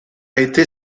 été